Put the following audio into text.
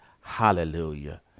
hallelujah